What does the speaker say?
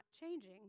changing